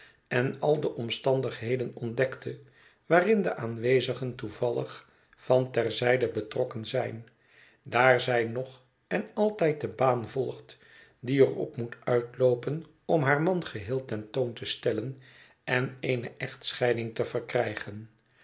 en al de omstandigheden ontdekte waarin de aanwezigen toevallig van ter zijde betrokken zijn daar zij nog en altijd de baan volgt die er op moet uitloopen om haar man geheel ten toon te stellen en eene echtscheiding te verkrijgen